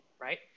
right